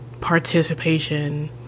participation